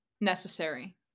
necessary